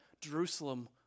Jerusalem